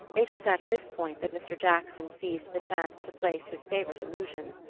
it was at this point that mr. jackson seized the chance to place his favourite allusion.